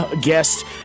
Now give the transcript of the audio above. guest